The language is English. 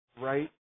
right